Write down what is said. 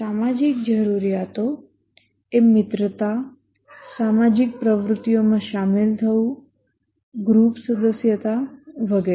સામાજિક જરૂરિયાતો એ મિત્રતા સામાજિક પ્રવૃત્તિઓમાં શામેલ થવું ગ્રુપ સદસ્યતા વગેરે